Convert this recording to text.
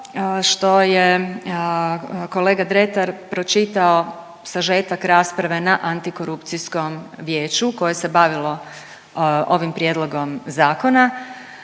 što je kolega Dretar pročitao sažetak rasprave na antikorupcijskom vijeću koje se bavilo ovim prijedlogom zakona.